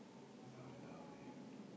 !walao! eh